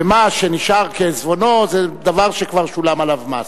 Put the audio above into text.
ומה שנשאר כעיזבונו, זה כבר דבר ששולם עליו מס.